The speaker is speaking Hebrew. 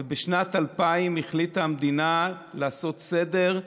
ובשנת 2000 החליטה המדינה לעשות סדר,